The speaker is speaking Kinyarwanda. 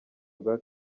bwa